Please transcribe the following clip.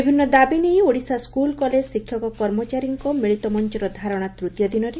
ବିଭିନ୍ନ ଦାବି ନେଇ ଓଡ଼ିଶା ସ୍କୁଲ୍ କଲେଜ ଶିକ୍ଷକ କର୍ମଚାରୀଙ୍କ ମିଳିତ ମଞ୍ଚର ଧାରଣା ତୃତୀୟ ଦିନରେ